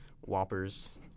whoppers